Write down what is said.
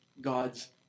God's